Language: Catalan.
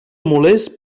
molest